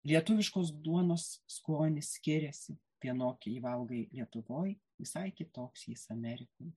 lietuviškos duonos skonis skiriasi vienokį jį valgai lietuvoj visai kitoks jis amerikoj